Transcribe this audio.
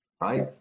right